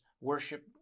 worship